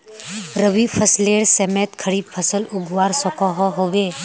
रवि फसलेर समयेत खरीफ फसल उगवार सकोहो होबे?